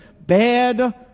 bad